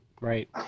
right